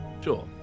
sure